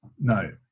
no